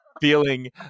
Feeling